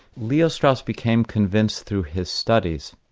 leo strauss became convinced through his studies,